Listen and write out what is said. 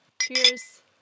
cheers